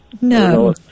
No